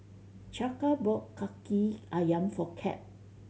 Chaka bought Kaki Ayam for Cap